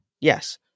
yes